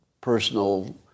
personal